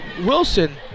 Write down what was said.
Wilson